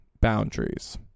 boundaries